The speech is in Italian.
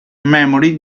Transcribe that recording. memory